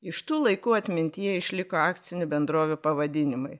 iš tų laikų atmintyje išliko akcinių bendrovių pavadinimai